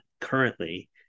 currently